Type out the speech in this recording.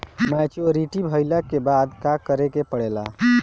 Maturity भईला के बाद का करे के पड़ेला?